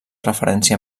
referència